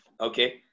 Okay